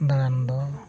ᱫᱟᱬᱟᱱ ᱫᱚ